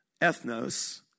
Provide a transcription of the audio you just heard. ethnos